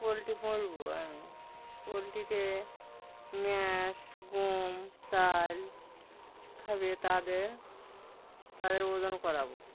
poultry করবো আমি পোলট্রিতে ম্যাশ গম চাল খাবে তাদের তাদের ওজন করাবো